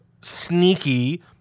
sneaky